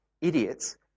idiots